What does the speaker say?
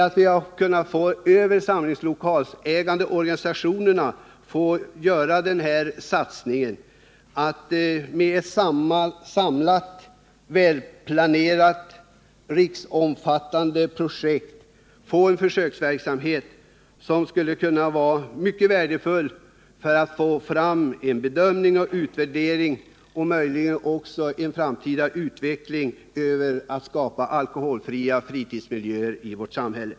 Men vi har inte kunnat över de samlingslokalägande organisationerna göra den här satsningen, att med ett samlat, planerat och riksomfattande projekt få tillstånd en försöksverksamhet. En sådan skulle vara mycket värdefull vid en bedömning och utvärdering, och möjligen också för en framtida utveckling i riktning mot alkoholfria fritidsmiljöer i vårt samhälle.